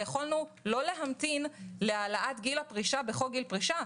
יכולנו לא להמתין להעלאת גיל הפרישה בחוק גיל פרישה.